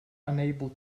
unable